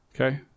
Okay